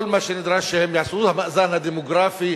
כל מה שנדרש שהם יעשו, המאזן הדמוגרפי,